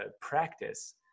practice